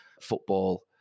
football